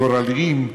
גורליים.